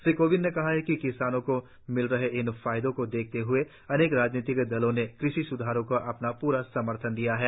श्री कोविंद ने कहा कि किसानों को मिल रहे इन फायदों को देखते हुए अनेक राजनीतिक दलों ने कृषि सुधारों को अपना पूरा समर्थन दिया है